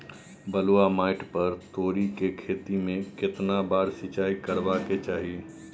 बलुआ माटी पर तोरी के खेती में केतना बार सिंचाई करबा के चाही?